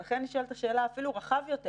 לכן נשאלת השאלה אפילו רחב יותר,